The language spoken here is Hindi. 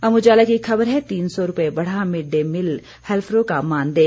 अमर उजाला की एक खबर है तीन सौ रुपये बढ़ा मिड डे मील हेल्परों का मानदेय